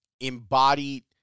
embodied